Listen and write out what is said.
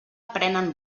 prenen